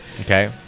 Okay